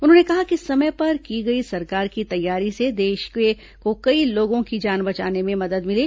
उन्होंने कहा कि समय पर की गई सरकार की तैयारी से देश को कई लोगों की जान बचाने में मदद मिली